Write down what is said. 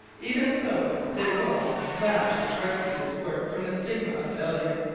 even so there was that which rescued his work from the stigma of failure.